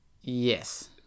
Yes